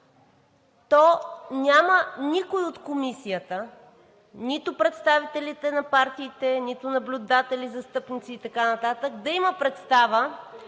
то няма никой от комисията – нито представителите на партиите, нито наблюдатели, застъпници и така нататък, да има представа